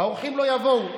האורחים לא יבואו.